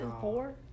four